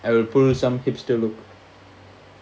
I will pull some hipster look